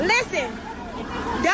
Listen